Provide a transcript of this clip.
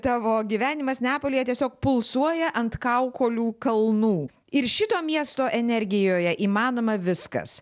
tavo gyvenimas neapolyje tiesiog pulsuoja ant kaukolių kalnų ir šito miesto energijoje įmanoma viskas